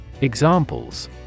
Examples